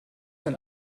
denn